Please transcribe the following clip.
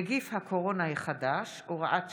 (נגיף הקורונה החדש, הוראת שעה),